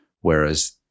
Whereas